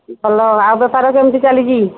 ଭଲ ଆଉ ବେପାର କେମିତି ଚାଲିଛି